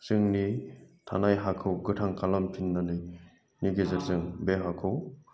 जोंनि थानाय हाखौ गोथां खालामफिन्नायनि गेजेरजों बे हाखौ